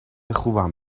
خوبم